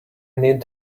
need